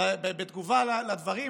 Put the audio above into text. בתגובה על הדברים,